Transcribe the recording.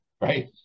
right